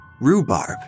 rhubarb